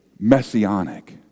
messianic